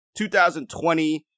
2020